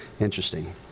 Interesting